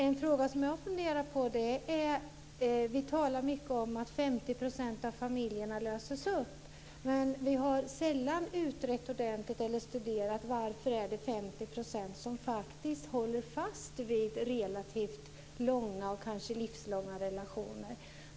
En fråga som jag har funderat på är att vi talar mycket om att 50 % av familjerna löses upp, men vi har sällan studerat ordentligt varför det är 50 % som faktiskt håller fast vid relativt långa och kanske livslånga relationer.